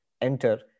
enter